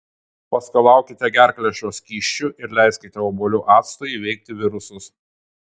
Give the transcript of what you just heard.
paskalaukite gerklę šiuo skysčiu ir leiskite obuolių actui įveikti virusus